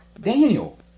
Daniel